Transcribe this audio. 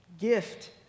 gift